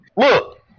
Look